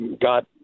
got